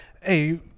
hey